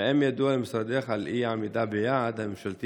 2. האם ידוע למשרדך על אי-עמידה ביעד הממשלתי